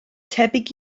tebyg